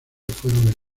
fueron